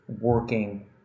working